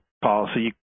policy